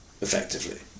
Effectively